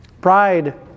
Pride